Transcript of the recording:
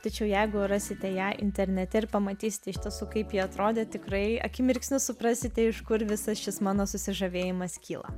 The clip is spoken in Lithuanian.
tačiau jeigu rasite ją internete ir pamatysite iš tiesų kaip ji atrodė tikrai akimirksniu suprasite iš kur visas šis mano susižavėjimas kyla